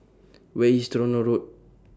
Where IS Tronoh Road